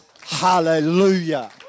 Hallelujah